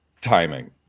Timing